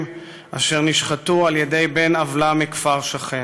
ואשר נשחטו על ידי בן עוולה מכפר שכן.